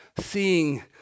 seeing